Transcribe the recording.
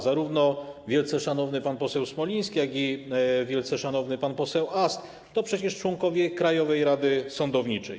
Zarówno wielce szanowny pan poseł Smoliński, jak i wielce szanowny pan poseł Ast to przecież członkowie Krajowej Rady Sądownictwa.